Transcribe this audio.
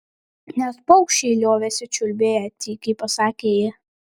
net paukščiai liovėsi čiulbėję tykiai pasakė ji